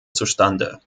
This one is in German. zustande